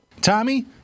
Tommy